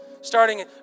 starting